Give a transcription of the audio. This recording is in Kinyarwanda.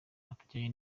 atajyanye